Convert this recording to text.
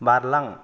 बारलां